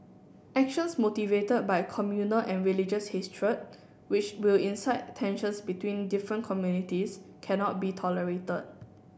actions motivated by communal and religious history which will incite tensions between different communities cannot be tolerated